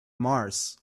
mars